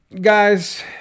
guys